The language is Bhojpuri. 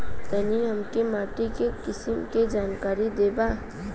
तनि हमें माटी के किसीम के जानकारी देबा?